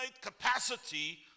capacity